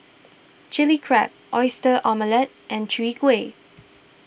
Chilli Crab Oyster Omelette and Chwee Kueh